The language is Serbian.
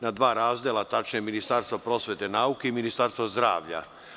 Na dva razdela tačnije, Ministarstvo prosvete i nauke i Ministarstvo zdravlja.